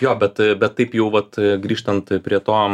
jo bet bet taip jau vat grįžtant prie to